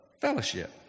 fellowship